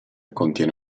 contiene